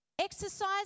Exercise